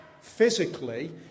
physically